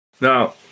Now